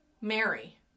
mary